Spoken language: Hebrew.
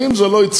ואם זה יצליח,